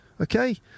okay